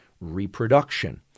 reproduction